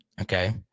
Okay